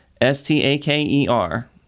S-T-A-K-E-R